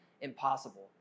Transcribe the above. impossible